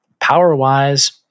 Power-wise